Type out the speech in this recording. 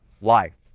life